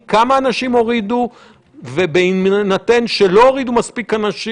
היינו בהתחלה במספרים יותר גדולים מבחינת ההטמעה.